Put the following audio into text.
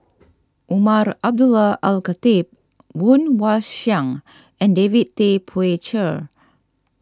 Umar Abdullah Al Khatib Woon Wah Siang and David Tay Poey Cher